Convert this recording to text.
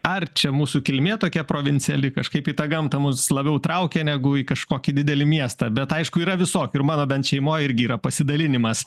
ar čia mūsų kilmė tokia provinciali kažkaip į tą gamtą mus labiau traukia negu į kažkokį didelį miestą bet aišku yra visokių ir mano bent šeimoj irgi yra pasidalinimas